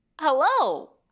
hello